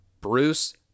Bruce